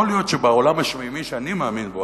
יכול להיות שבעולם השמימי שאני מאמין בו,